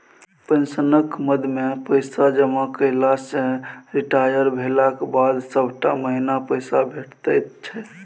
पेंशनक मदमे पैसा जमा कएला सँ रिटायर भेलाक बाद सभटा महीना पैसे भेटैत छै